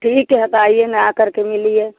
ठीक है तो आइए ना आकर के मिलिए